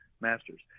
Masters